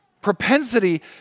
propensity